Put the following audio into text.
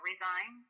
Resign